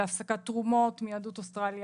להפסקת תרומות מיהדות אוסטרליה.